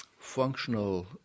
functional